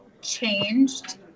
changed